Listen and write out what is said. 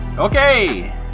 Okay